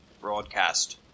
Broadcast